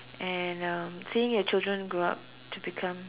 and uh seeing the children grow up to become